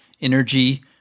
energy